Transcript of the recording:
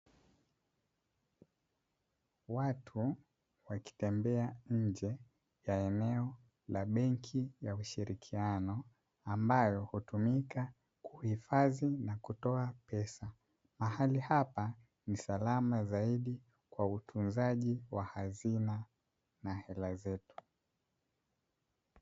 Watu waki tembea nje ya eneo la benki ya ushirikiano ambayo hutumika kuhifadhi na kutoa pesa, mahali hapa ni salama zaidi kwa utunzaji wa hazina na hela zetu.